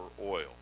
oil